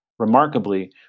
Remarkably